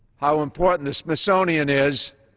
how important the smithsonian is,